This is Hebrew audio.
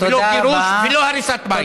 לא גירוש ולא הריסת בית.